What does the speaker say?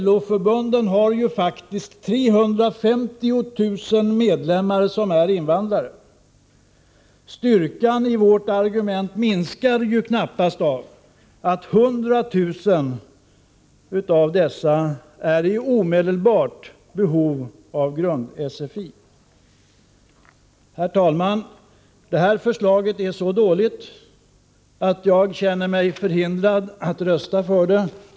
LO förbunden har ju faktiskt 350 000 medlemmar som är invandrare. Styrkan i vårt argument minskar knappast av att minst 100 000 av dessa är i omedelbart behov av grund-SFI. Herr talman! Det här förslaget är så dåligt att jag känner mig förhindrad att rösta för det.